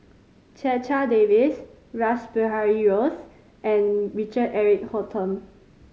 Checha Davies Rash Behari Bose and Richard Eric Holttum